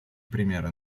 примеры